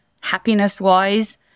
happiness-wise